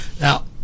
Now